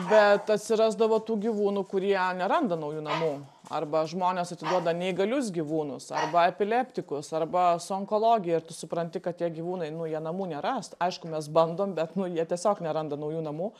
bet atsirasdavo tų gyvūnų kurie neranda naujų namų arba žmonės atiduoda neįgalius gyvūnus arba epilektikus arba su onkologija ir tu supranti kad tie gyvūnai nu jie namų neras aišku mes bandom bet nu jie tiesiog neranda naujų namų